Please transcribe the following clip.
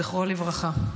זכרו לברכה.